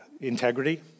integrity